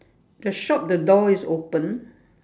the shop the door is open